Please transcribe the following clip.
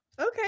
Okay